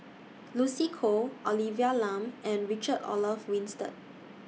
Lucy Koh Olivia Lum and Richard Olaf Winstedt